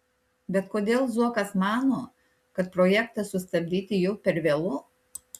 bet kodėl zuokas mano kad projektą sustabdyti jau per vėlu